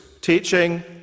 teaching